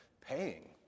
paying